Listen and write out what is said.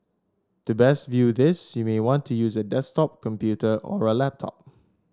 to best view this you may want to use a desktop computer or a laptop